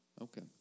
Okay